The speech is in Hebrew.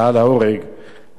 לפני כמה שנים,